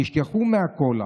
תשכחו מהקולה.